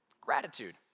gratitude